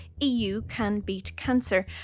EUCanBeatCancer